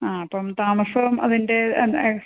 ആ അപ്പം താമസവും അതിൻ്റെ അൻ അയ്